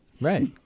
right